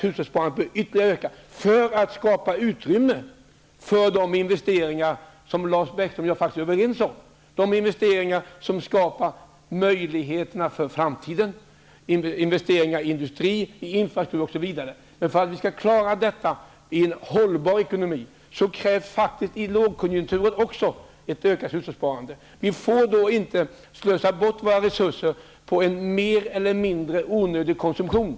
Hushållssparandet bör öka ytterligare för att utrymme skall skapas för de investeringar som Lars Bäckström och jag faktiskt är överens om behövs, de investeringar som skapar möjligheterna för framtiden -- investeringar i industri, investeringar i infrastruktur, osv. För att vi skall klara detta och ha en hållbar ekonomi krävs det faktiskt också i en lågkonjunktur ett ökat hushållssparande. Vi får inte slösa bort våra resurser på mer eller mindre onödig konsumtion.